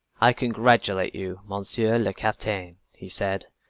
i congratulate you, monsieur le capitaine! he said.